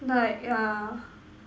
like ah